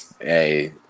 hey